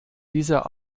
dieser